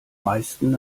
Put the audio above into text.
meisten